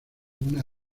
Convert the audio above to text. una